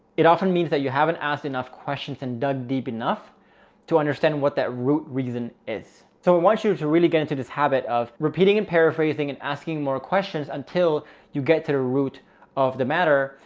it often means that you haven't asked enough questions and dug deep enough to understand what that root reason is. so we want you to really get into this habit of repeating and paraphrasing and asking more questions until you get to the root of the matter.